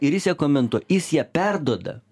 ir jis ją komentuo jis ją perduoda